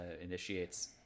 initiates